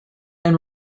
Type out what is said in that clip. and